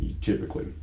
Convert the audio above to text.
typically